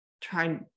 try